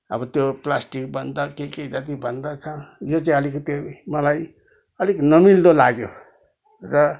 अब त्यो प्लास्टिक बन्द के के जाति बन्द छ यो चाहिँ अलिकति मलाई अलिक नमिल्दो लाग्यो र